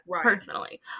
personally